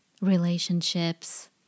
relationships